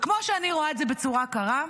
וכמו שאני רואה את זה בצורה קרה,